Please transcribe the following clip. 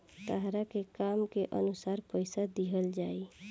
तहरा के काम के अनुसार पइसा दिहल जाइ